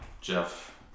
Jeff